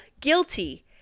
guilty